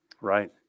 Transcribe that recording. Right